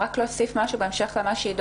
אני מבקשת להוסיף משהו בהמשך למה שעידו